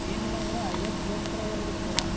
ಏನಿಲ್ಲಅಂದ್ರೆ ಐವತ್ತು ಕಿಲೋಮೀಟ್ರ್ ಅದರದು ಪೂರ